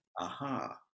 Aha